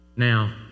Now